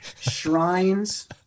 shrines